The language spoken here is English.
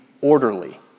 orderly